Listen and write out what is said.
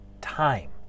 time